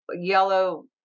yellow